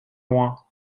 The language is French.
loin